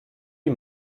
die